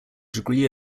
degree